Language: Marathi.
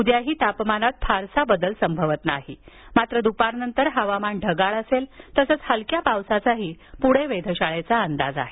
उद्याही तापमानात फारसा बदल संभवत नाही मात्र दुपार नंतर हवामान ढगाळ असेल तसंच हलक्या पावसाचाही पुणे वेधशाळेचा अंदाज आहे